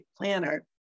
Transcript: planner